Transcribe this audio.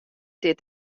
dit